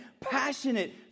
passionate